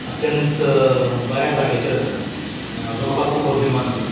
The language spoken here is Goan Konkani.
अत्यंत बऱ्या जाग्याचेर आसात हाचो म्हाका खूब अभिमान आसा